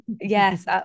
Yes